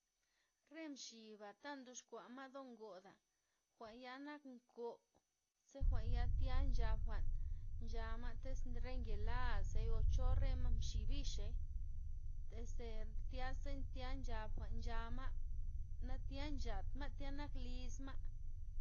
Re mxibata ndoxkuama' do ngoda', jwa'nya nak koo', ze njwa'nya tya nchab jwa'n nchama' tiz re ngelazeo ocho rema' mxibixey este tyaza- tya nchab jwa'n nchama' na tya nchatma' tya nak lizma'.